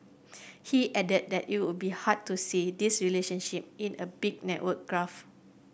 he added that it would be hard to see this relationship in a big network graph